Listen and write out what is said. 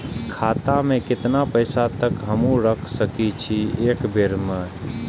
खाता में केतना पैसा तक हमू रख सकी छी एक बेर में?